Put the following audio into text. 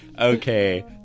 okay